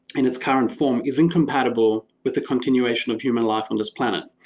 in its current form is incompatible with the continuation of human life on this planet.